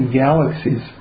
galaxies